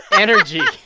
energy